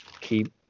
keep